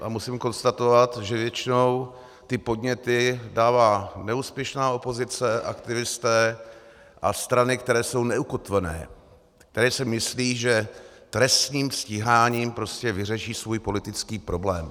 A musím konstatovat, že většinou ty podněty dává neúspěšná opozice, aktivisté a strany, které jsou neukotvené, které si myslí, že trestním stíháním prostě vyřeší svůj politický problém.